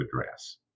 address